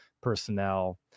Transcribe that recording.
personnel